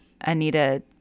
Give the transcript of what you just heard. Anita